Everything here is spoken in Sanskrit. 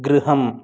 गृहम्